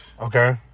Okay